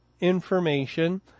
information